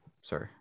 sorry